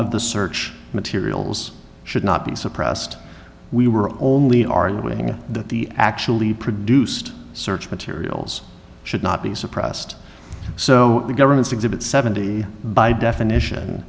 of the search materials should not be suppressed we were only are awaiting that the actually produced search materials should not be suppressed so the government's exhibit seventy by definition